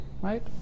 right